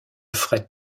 fret